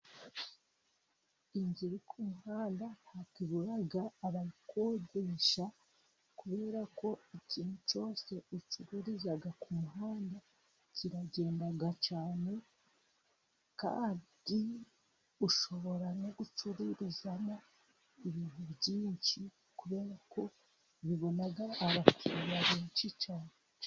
Inzu iri ku muhanda ntabwo ibura abayikodesha, kubera ko ikintu cyose ucururiza ku muhanda kiragenda cyane. Kandi ushobora no gucururizamo ibintu byinshi, kubera ko bibona abakiriya benshi cyane.